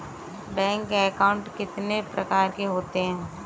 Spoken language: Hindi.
बैंक अकाउंट कितने प्रकार के होते हैं?